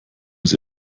sie